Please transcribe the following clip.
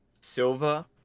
Silva